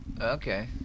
Okay